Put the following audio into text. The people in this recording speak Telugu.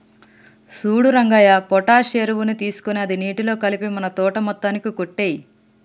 సూడు రంగయ్య పొటాష్ ఎరువుని తీసుకొని అది నీటిలో కలిపి మన తోట మొత్తానికి కొట్టేయి